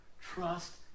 Trust